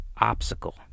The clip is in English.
obstacle